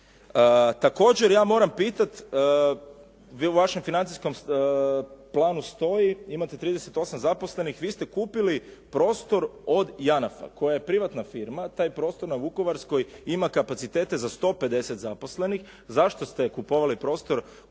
Također ja moram pitati, vi u vašem financijskom planu stoji, imate 38 zaposlenih, vi ste kupili prostor od JANAF-a koja je privatna firma, taj prostor na Vukovarskoj ima kapacitete za 150 zaposlenih. Zašto se kupovali prostor